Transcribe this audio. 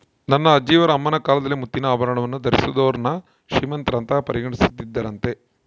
ನನ್ನ ಅಜ್ಜಿಯವರ ಅಮ್ಮನ ಕಾಲದಲ್ಲಿ ಮುತ್ತಿನ ಆಭರಣವನ್ನು ಧರಿಸಿದೋರ್ನ ಶ್ರೀಮಂತರಂತ ಪರಿಗಣಿಸುತ್ತಿದ್ದರಂತೆ